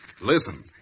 Listen